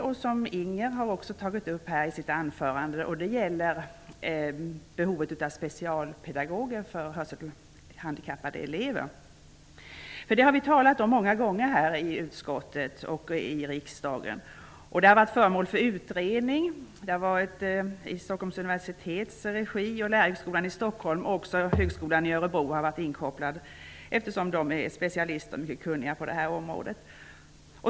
Även Inger Lundberg har tagit upp den frågan i sitt anförande. Många gånger har vi talat om det både i utskottet och i kammaren. Frågan har också varit föremål för utredning i samverkan mellan Stockholms universitet, Lärarhögskolan i Stockholm och Högskolan i Örebro. Dessa instanser är ju specialister och mycket kunniga på detta område.